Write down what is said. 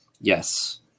Yes